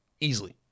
Easily